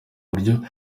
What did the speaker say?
buryo